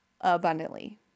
abundantly